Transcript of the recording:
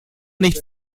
nicht